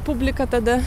publika tada